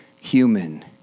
human